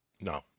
No